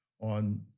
on